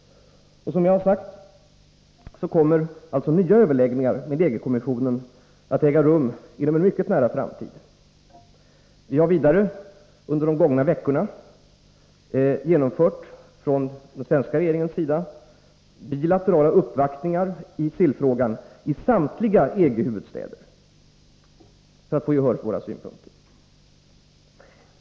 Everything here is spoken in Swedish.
Som jag sagt kommer nya överläggningar med EG-kommissionen att äga rum inom en mycket nära framtid. Regeringen har vidare under de gångna veckorna genomfört bilaterala uppvaktningar i sillfrågan i samtliga EG huvudstäder för att få gehör för våra synpunkter.